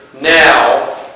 now